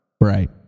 Right